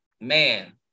man